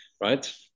Right